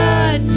God